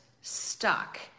stuck